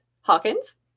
Hawkins